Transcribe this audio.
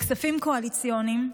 לכספים קואליציוניים,